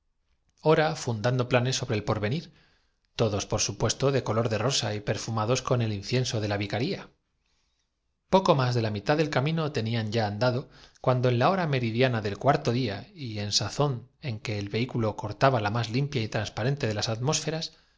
ora fundando planes sobre el porvenir todos por supuesto de color de rosa y perfumados con reparar en clase ni condición término estaban po niendo á su tarea cuando benjamín que atraído por el incienso de la vicaría los golpes llegó á la cala poco más de la mitad del camino tenían ya andado cuando en la hora meridiana del cuarto día y en sazón desgraciados qué hacéis deteneosgritó fue ra de sí en que el vehículo cortaba la más limpia y transpa rente de las atmósferas